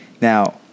Now